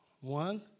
One